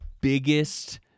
biggest